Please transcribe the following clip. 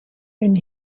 when